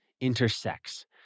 intersects